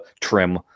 trim